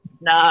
No